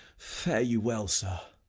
fare you well, sir.